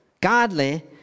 godly